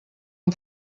amb